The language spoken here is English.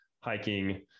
hiking